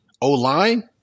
O-line